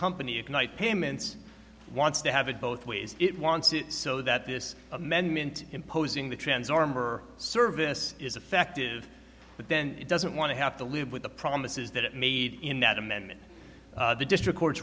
company ignite payments wants to have it both ways it wants it so that this amendment imposing the trans armor service is effective but then it doesn't want to have to live with the promises that it made in that amendment the district court